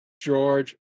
george